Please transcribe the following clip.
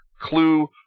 clue